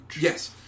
Yes